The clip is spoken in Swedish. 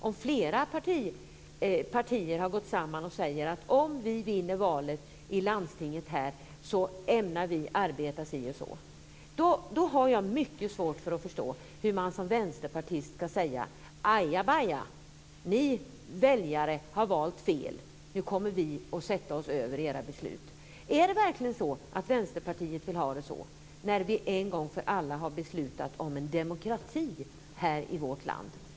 Om flera partier har gått samman och sagt att om man vinner valet i landstinget ämnar man arbeta si och så, har jag mycket svårt att förstå hur man som vänsterpartist kan säga: Ajabaja, ni väljare har valt fel, nu kommer vi att sätta oss över era beslut. Är det verkligen så Vänsterpartiet vill ha det, när vi en gång för alla har beslutat om en demokrati här i vårt land?